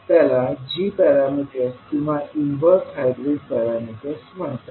त्यांना g parameter किंवा inverse hybrid parameters म्हणतात